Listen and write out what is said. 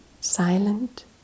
silent